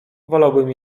wolałbym